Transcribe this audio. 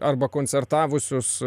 arba koncertavusius